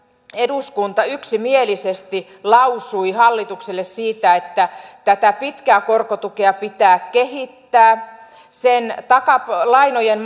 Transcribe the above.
eduskunta yksimielisesti lausui hallitukselle siitä että tätä pitkää korkotukea pitää kehittää sen lainojen